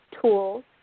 tools